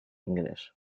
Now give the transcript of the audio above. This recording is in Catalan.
ingrés